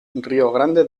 grande